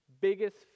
biggest